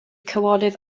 cawodydd